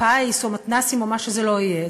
פיס או מתנ"סים או מה שזה לא יהיה.